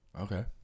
Okay